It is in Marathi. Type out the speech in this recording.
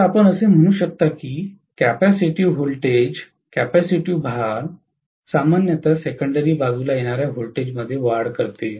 तर आपण असे म्हणू शकता की कॅपेसिटिव्ह व्होल्टेज कॅपेसिटिव्ह भार सामान्यत सेकेंडरी बाजूला येणार्या व्होल्टेजमध्ये वाढ करते